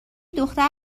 دختر